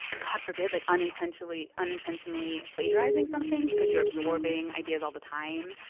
god forbid, like unintentionally unintentionally plagiarizing something because you're absorbing ideas all the time.